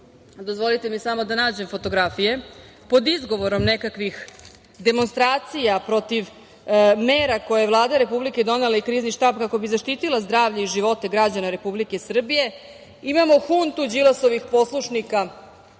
kao što smo gledali letos, kada smo pod izgovorom nekakvih demonstracija protiv mera koje je Vlada Republike Srbije donela i Krizni štab, kako bi zaštitila zdravlje i živote građana Republike Srbije, imamo huntu Đilasovih poslušnika,